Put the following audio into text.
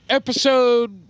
episode